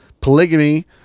polygamy